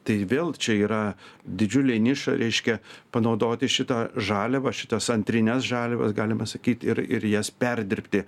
tai vėl čia yra didžiulė niša reiškia panaudoti šitą žaliavą šitas antrines žaliavas galima sakyt ir ir jas perdirbti